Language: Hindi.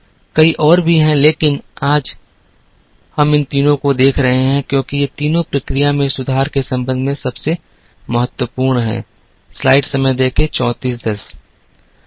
कई और भी हैं लेकिन हम आज इन तीनों को देख रहे हैं क्योंकि ये तीनों प्रक्रिया में सुधार के संबंध में सबसे महत्वपूर्ण हैं